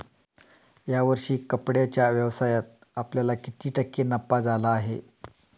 या वर्षी कपड्याच्या व्यवसायात आपल्याला किती टक्के नफा झाला आहे?